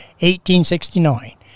1869